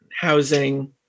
housing